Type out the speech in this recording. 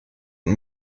und